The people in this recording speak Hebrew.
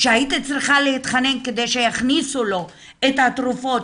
שהייתי צריכה להתחנן כדי שיכניסו לו את התרופות,